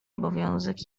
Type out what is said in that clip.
obowiązek